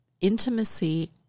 intimacy